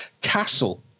castle